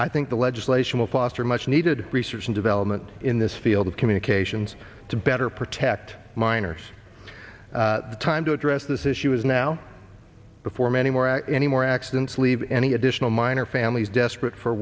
i think the legislation will foster much needed research and development in this field of communications to better protect miners time to address this issue is now before many more any more accidents leave any additional miner families desperate for